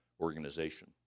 organization